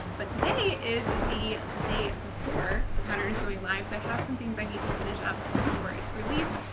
but today is the day before the pattern is going live, so i have some things i need to finish up before it's released.